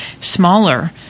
smaller